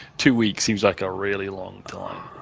two weeks seems like a really long time.